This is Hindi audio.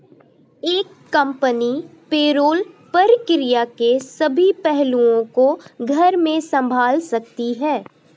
एक कंपनी पेरोल प्रक्रिया के सभी पहलुओं को घर में संभाल सकती है